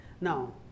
Now